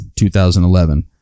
2011